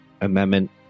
Amendment